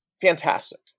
fantastic